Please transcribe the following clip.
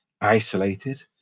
isolated